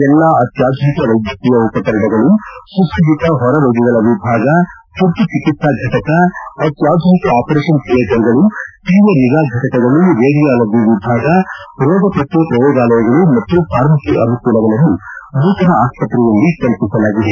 ಎಲ್ಲಾ ಅತ್ಯಾಧುನಿಕ ವೈದ್ಯಕೀಯ ಉಪಕರಣಗಳು ಸುಸಭ್ವಿತ ಹೊರ ರೋಗಿಗಳ ವಿಭಾಗ ತುರ್ತು ಚಿಕಿತ್ಸಾ ಫಟಕ ಅತ್ಯಾಧುನಿಕ ಆಪರೇಷನ್ ಥಿಯೇಟರ್ ಗಳು ತೀವ್ರ ನಿಗಾ ಫಟಕಗಳು ರೇಡಿಯಾಲಜಿ ವಿಭಾಗ ರೋಗ ಪತ್ತೆ ಪ್ರಯೋಗಾಲಯಗಳು ಮತ್ತು ಫಾರ್ಮಸಿ ಅನುಕೂಲಗಳನ್ನು ನೂತನ ಆಸ್ಪತ್ರೆಯಲ್ಲಿ ಕಲ್ಪಿಸಲಾಗಿದೆ